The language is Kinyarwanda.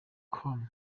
com